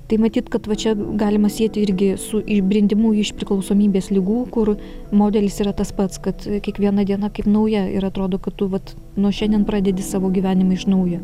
tai matyt kad va čia galima sieti irgi su išbrindimu iš priklausomybės ligų kur modelis yra tas pats kad kiekviena diena kaip nauja ir atrodo kad tu vat nuo šiandien pradedi savo gyvenimą iš naujo